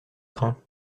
train